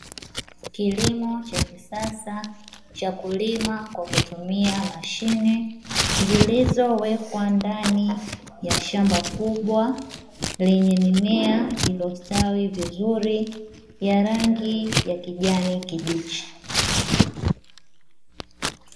Kilimo cha kisasa cha kulima kwa kutumia mashine zilizoewekwa ndani ya shamba kubwa lenye mimea iliyostawi vizuri ya rangi ya kijani kibichi.